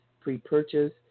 pre-purchase